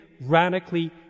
radically